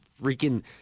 freaking